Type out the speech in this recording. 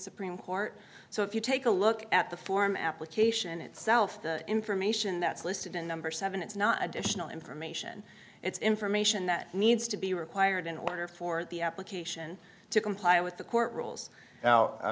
supreme court so if you take a look at the form application itself the information that's listed in number seven it's not additional information it's information that needs to be required in order for the application to comply with the court rules now i